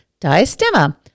diastema